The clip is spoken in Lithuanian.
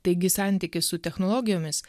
taigi santykis su technologijomis